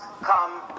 come